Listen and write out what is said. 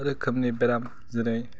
रोखोमनि बेराम जेरै